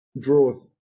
draweth